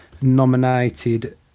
Nominated